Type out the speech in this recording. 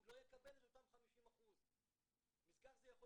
הוא לא יקבל את אותם 50%. מזכר זה יכול